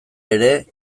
ere